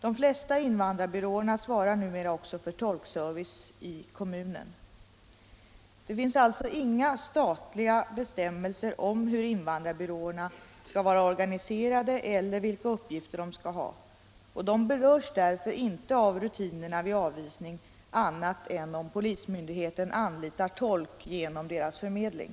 De flesta invandrarbyråerna svarar numera också för tolkservice inom kommunen. Det finns alltså inga statliga bestämmelser om hur invandrarbyråerna skall vara organiserade eller vilka uppgifter de skall ha, och de berörs därför inte av rutinerna vid avvisning annat än om polismyndighet anlitar tolk genom deras förmedling.